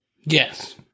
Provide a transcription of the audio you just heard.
Yes